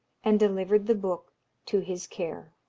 and delivered the book to his care.